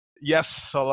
yes